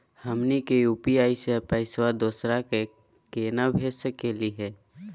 हमनी के यू.पी.आई स पैसवा दोसरा क केना भेज सकली हे?